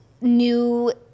new